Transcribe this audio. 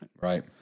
Right